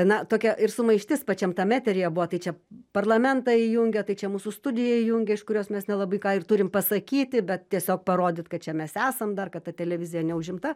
na tokia ir sumaištis pačiam tam eteryje buvo tai čia parlamentą įjungia tai čia mūsų studiją įjungia iš kurios mes nelabai ką ir turim pasakyti bet tiesiog parodyt kad čia mes esam dar kad ta televizija neužimta